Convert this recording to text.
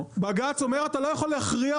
בג"צ אומר אתה לא יכול להכריח.